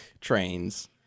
trains